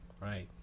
right